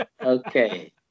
Okay